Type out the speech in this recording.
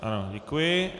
Ano, děkuji.